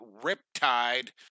Riptide